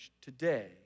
today